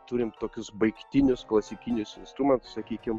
turim tokius baigtinius klasikinius instrumentus sakykim